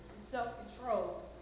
self-control